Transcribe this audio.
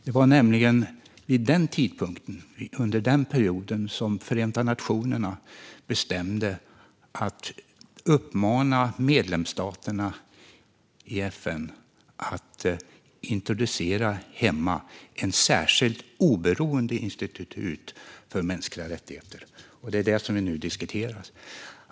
Det var nämligen vid den tidpunkten som Förenta nationerna beslöt att uppmana sina medlemsstater att hemma introducera ett särskilt, oberoende institut för mänskliga rättigheter. Det är det vi nu diskuterar.